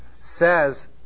says